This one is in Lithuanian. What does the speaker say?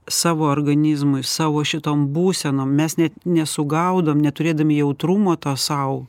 savo organizmui savo šitom būsenom mes net nesugaudom neturėdami jautrumo to sau